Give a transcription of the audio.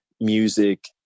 music